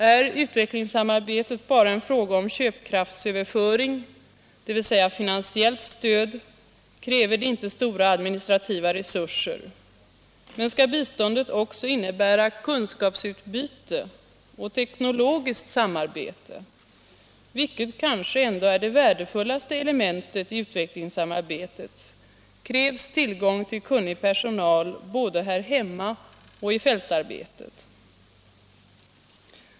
Är utvecklingssamarbetet bara en fråga om köpkraftsöverföring, dvs. finansiellt stöd, kräver det inte stora administrativa resurser, men skall biståndet också innebära kunskapsutbyte och teknologiskt samarbete, vilket kanske ändå är det värdefullaste elementet i utvecklingssamarbetet, krävs det tillgång till kunnig personal både här hemma och i fältarbetet.